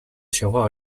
情况